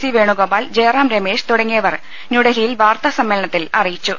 C Venugopal Jairam Ramesh തുടങ്ങിയവർ ന്യൂഡൽഹിയിൽ വാർത്താ സമ്മേളനത്തിൽ അറിയിച്ചു